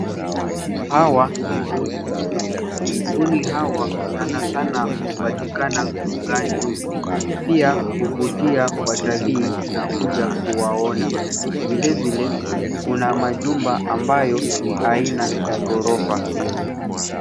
Hawa ni mbuni. Mbuni hawa sanasana hupatikana mbugani. Pia huvutia watalii na kuja kuwaona. Vilevile kuna majumba ambayo ni aina ya ghorofa.